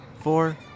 Four